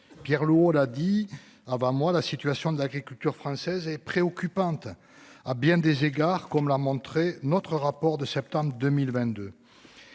Pierre là dit avoir moi la situation de l'agriculture française est préoccupante. À bien des égards comme a montrer notre rapport de septembre 2022.